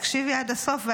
תקשיבי עד הסוף,